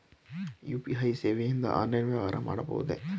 UPI ಸೇವೆಯಿಂದ online ವ್ಯವಹಾರ ಮಾಡಬಹುದೇ?